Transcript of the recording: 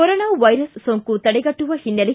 corona virus ಸೋಂಕು ತಡೆಗಟ್ಟುವ ಹಿನ್ನೆಲೆ